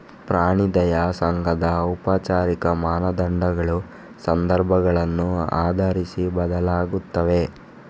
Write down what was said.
ಪ್ರಾಣಿ ದಯಾ ಸಂಘದ ಔಪಚಾರಿಕ ಮಾನದಂಡಗಳು ಸಂದರ್ಭಗಳನ್ನು ಆಧರಿಸಿ ಬದಲಾಗುತ್ತವೆ